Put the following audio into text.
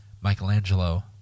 Michelangelo